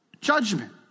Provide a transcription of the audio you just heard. judgment